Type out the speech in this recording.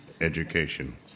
education